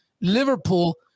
Liverpool